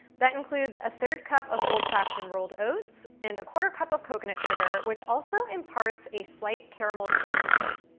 that includes a third cup of old fashioned rolled oats and a quarter cup of coconut sugar, which also imparts a slight caramel sweetness.